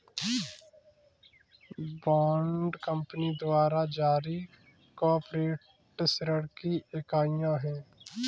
bond company द्वारा जारी corporate ऋण की इकाइयां हैं